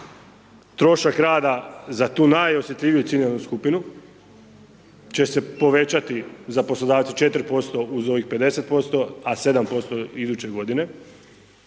trošak rada za tu najosjetljiviju ciljanu skupinu će se povećati za poslodavca 4% uz ovih 50%, a 7% iduće godine.